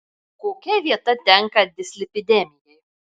kokia vieta tenka dislipidemijai